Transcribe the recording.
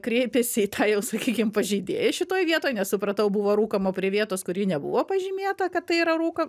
kreipėsi į tą jau sakykim pažeidėją šitoj vietoj nes supratau buvo rūkoma prie vietos kuri nebuvo pažymėta kad tai yra rūka